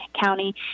County